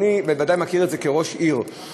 אדוני בוודאי מכיר את זה כראש עיר,